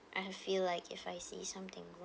I feel like if I see something wr~